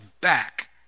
back